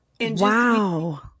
Wow